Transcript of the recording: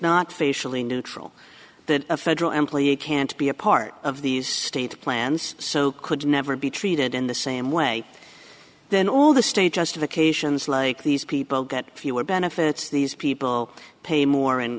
facially neutral that a federal employee can't be a part of these state plans so could never be treated in the same way then all the state justifications like these people get fewer benefits these people pay more in